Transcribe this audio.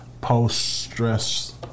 post-stress